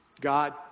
God